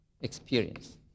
experience